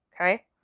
Okay